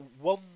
One